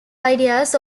ideas